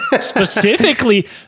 Specifically